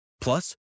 Plus